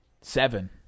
Seven